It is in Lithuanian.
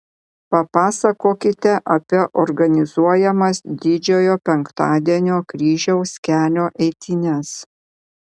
papasakokite apie organizuojamas didžiojo penktadienio kryžiaus kelio eitynes